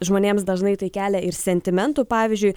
žmonėms dažnai tai kelia ir sentimentų pavyzdžiui